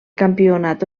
campionat